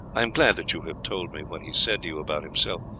i am glad that you have told me what he said to you about himself,